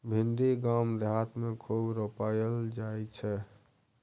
भिंडी गाम देहात मे खूब रोपल जाई छै